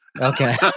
Okay